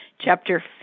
Chapter